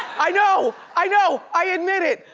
i know, i know, i admit it,